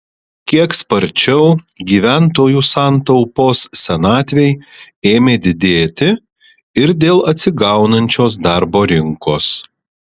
kiek sparčiau gyventojų santaupos senatvei ėmė didėti ir dėl atsigaunančios darbo rinkos